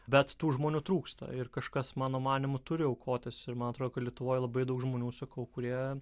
bet tų žmonių trūksta ir kažkas mano manymu turi aukotis ir man atrodo lietuvoj labai daug žmonių sakau kurie